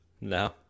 No